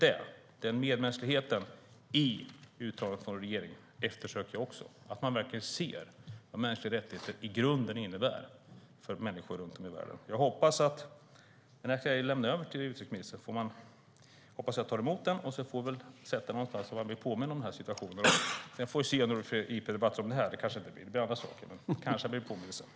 Denna medmänsklighet i uttalandet från regeringen eftersöker jag också - att man verkligen ser vad mänskliga rättigheter i grunden innebär för människor runt om i världen. Jag lämnar nu över mitt gula band till utrikesministern, och jag hoppas att han tar emot det. Han får väl sätta det någonstans så att han blir påmind om situationen. Vi får se om det blir fler interpellationsdebatter som den här. Det kanske det inte blir, utan det blir andra saker. Men det kanske behövs en påminnelse.